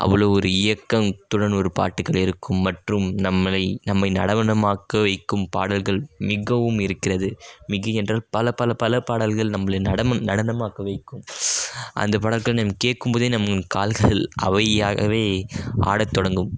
அவ்வளோ ஒரு இயக்கத்துடன் ஒரு பாட்டுக்கள் இருக்கும் மற்றும் நம்மளை நம்ம நடனம் ஆக்க வைக்கும் பாடல்கள் மிகவும் இருக்கிறது மிகை என்றால் பல பல பல பாடல்கள் நம்மளை நடனம் ஆக்க வைக்கும் அந்த பாடல்கள் நம்ம கேக்கும் பொழுதே நம்ம கால்கள் அவையாகவே ஆடத்தொடங்கும்